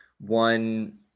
one